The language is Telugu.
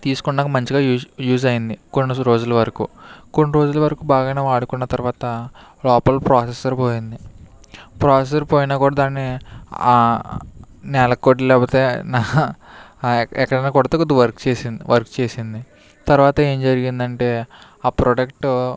తీసుకున్నాక మంచిగా యూజ్ యూజ్ అయింది కొన్ని రోజుల వరకు కొన్ని రోజులు వరకు బాగానే వాడుకున్న తర్వాత లోపల ప్రొసెసర్ పోయింది ప్రాసెసర్ పోయినా కూడా దాన్ని నేలక్ లేకపోతే ఎక్కడైనా కొడితే కొద్దిగా వర్క్ చేసింది వర్క్ చేసింది తర్వాత ఏం జరిగిందంటే ఆ ప్రాడక్ట్